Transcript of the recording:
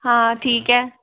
हाँ ठीक है